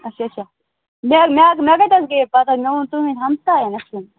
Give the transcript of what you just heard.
اچھا اچھا مےٚ مےٚ مےٚ کَتہِ حظ گٔے پَتہ مےٚ ووٚن تُہٕنٛدۍ ہمسایَن